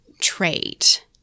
trait